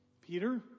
Peter